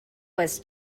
was